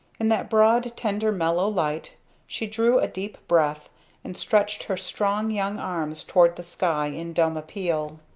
in that broad tender mellow light she drew a deep breath and stretched her strong young arms toward the sky in dumb appeal.